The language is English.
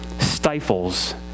stifles